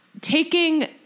taking